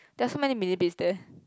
there are so many millipedes there